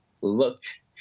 looked